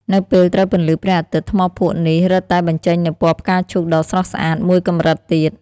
នៅពេលត្រូវពន្លឺព្រះអាទិត្យ ថ្មភក់នេះរឹតតែបញ្ចេញនូវពណ៌ផ្កាឈូកដ៏ស្រស់ស្អាតមួយកម្រិតទៀត។